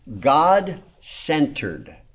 God-centered